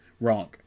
Wrong